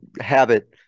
habit